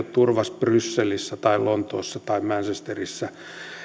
turvassa brysselissä tai lontoossa tai manchesterissa